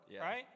right